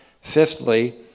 Fifthly